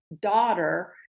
daughter